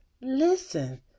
Listen